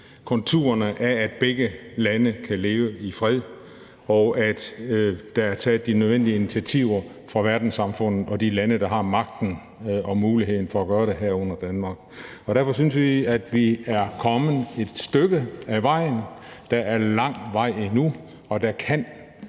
konturerne af, at begge lande kan leve i fred, og at der er taget de nødvendige initiativer af verdenssamfundet og de lande, der har magten og muligheden for at gøre det, herunder Danmark. Derfor synes vi, at vi er kommet et stykke ad vejen. Der er lang vej endnu, og der kan